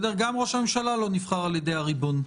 גם ראש הממשלה לא נבחר על ידי הריבון.